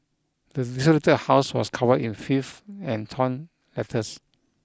the desolated house was covered in filth and torn letters